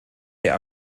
der